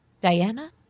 Diana